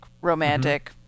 romantic